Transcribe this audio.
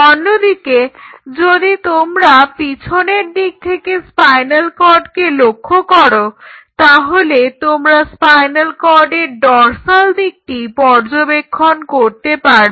অন্যদিকে যদি তোমরা পিছনের দিক থেকে স্পাইনাল কর্ডকে লক্ষ্য করো তাহলে তোমরা স্পাইনাল কর্ডের ডর্সাল দিকটি পর্যবেক্ষণ করতে পারবে